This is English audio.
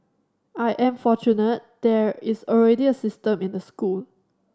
I am fortunate there is already a system in the school